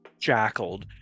jackaled